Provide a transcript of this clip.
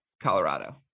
Colorado